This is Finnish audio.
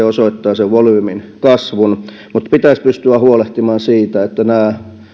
osoittaa sen volyymin kasvun niin pitäisi pystyä huolehtimaan siitä että nämä